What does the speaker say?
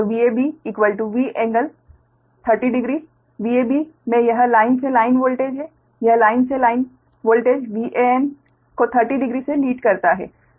तो Vab V∟300 degree Vab मे यह लाइन से लाइन वोल्टेज है यह लाइन से लाइन वोल्टेज Van को 30 डिग्री से लीड करता है